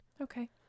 Okay